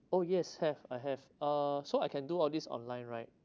oh yes I have I have uh so I can do all this online right